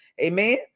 Amen